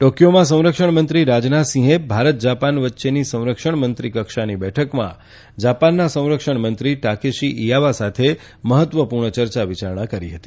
ટોકીયોમાં સંરક્ષણ મંત્રી રાજનાથસિંહે ભારત જાપાન વચ્ચેની સંરક્ષણ મંત્રી કક્ષાની બેઠકમાં જાપાનના સંરક્ષણમંત્રી ટાકેશી ઇવાયા સાથે મહત્વપૂર્ણ ચર્ચા વિયારણા કરી હતી